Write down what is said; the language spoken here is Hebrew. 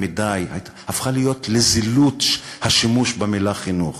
זילות השימוש במילה חינוך.